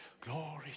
Glory